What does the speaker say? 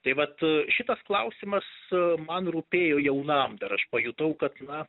tai vat šitas klausimas man rūpėjo jaunam dar aš pajutau kad na